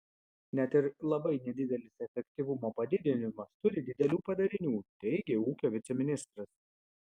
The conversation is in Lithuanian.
net ir labai nedidelis efektyvumo padidinimas turi didelių padarinių teigė ūkio viceministras